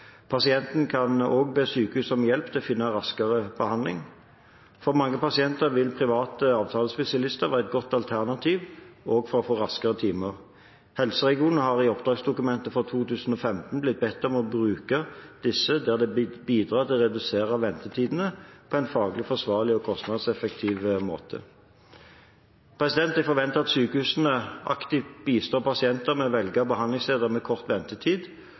Pasienten kan også be sykehuset om hjelp til å finne raskere behandling. For mange pasienter vil private avtalespesialister være et godt alternativ også for å få time raskere. Helseregionen har i oppdragsdokumentet for 2015 blitt bedt om å bruke disse der det bidrar til å redusere ventetidene på en faglig forsvarlig og kostnadseffektiv måte. Jeg forventer at sykehusene aktivt bistår pasienter med å velge behandlingssteder med kort ventetid.